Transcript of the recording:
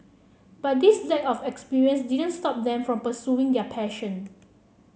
but this lack of experience didn't stop them from pursuing their passion